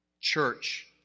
Church